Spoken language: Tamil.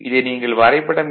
இதை நீங்கள் வரைபடம் எண்